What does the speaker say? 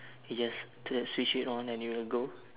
you just turn switch it on and it will go